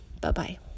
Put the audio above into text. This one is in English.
Bye-bye